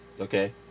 Okay